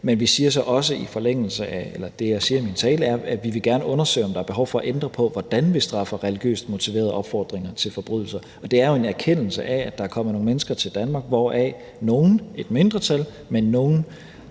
Det kan godt straffes i dag. Men det, jeg siger i min tale, er så også, at vi gerne vil undersøge, om der er behov for at ændre på, hvordan vi straffer religiøst motiverede opfordringer til forbrydelser. Det er jo i en erkendelse af, at der er kommet nogle mennesker til Danmark, hvoraf nogle, et mindretal, men nogle